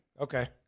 Okay